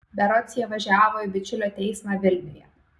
berods jie važiavo į bičiulio teismą vilniuje